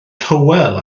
tywel